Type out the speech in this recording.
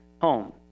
home